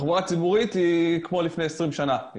תחבורה ציבורית היא כמו לפני 20 שנים.